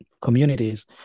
communities